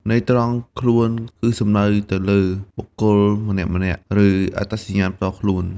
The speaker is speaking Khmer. ន័យត្រង់ ខ្លួន គឺសំដៅទៅលើ បុគ្គលម្នាក់ៗ ឬ អត្តសញ្ញាណផ្ទាល់ខ្លួន។